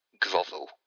grovel